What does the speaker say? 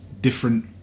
different